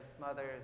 mothers